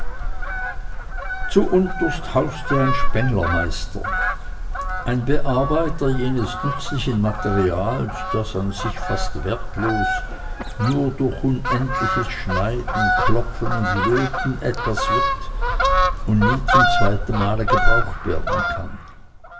zuunterst hauste ein spenglermeister ein bearbeiter jenes nützlichen materials das an sich fast wertlos nur durch unendliches schneiden klopfen und löten etwas wird und nie zum zweiten male gebraucht werden kann